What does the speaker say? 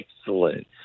excellent